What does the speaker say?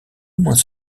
months